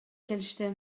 келишти